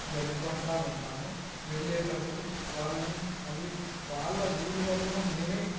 జరుపుకుంటూ ఉంటాము వెళ్ళేటప్పుడు వాళ్ళని మళ్ళీ వాళ్ళ ఊరు వరకు మేమే